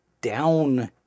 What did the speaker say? down